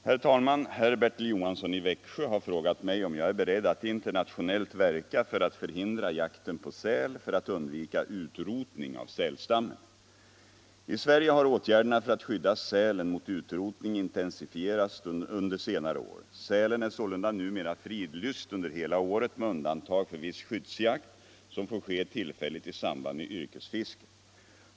Herr talman! Herr Johansson i Växjö har frågat mig om jag är beredd att internationellt verka för att förhindra jakten på säl för att undvika utrotning av sälstammen. I Sverige har åtgärderna för att skydda sälen mot utrotning intensifierats under senare år. Sälen är sålunda numera fridlyst under hela året med undantag för viss skyddsjakt som får ske tillfälligt i samband med yrkesfiske.